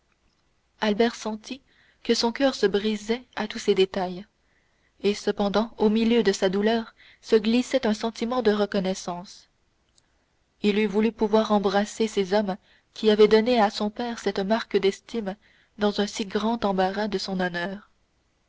albert sentit que son coeur se brisait à tous ces détails et cependant au milieu de sa douleur se glissait un sentiment de reconnaissance il eût voulu pouvoir embrasser ces hommes qui avaient donné à son père cette marque d'estime dans un si grand embarras de son honneur